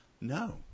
no